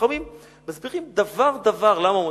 חכמים מסבירים דבר דבר, למה למות.